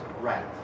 right